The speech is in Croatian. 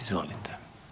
Izvolite.